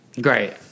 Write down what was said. Great